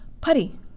Putty